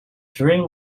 during